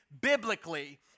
biblically